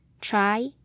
Try